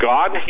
God